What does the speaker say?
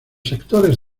sectores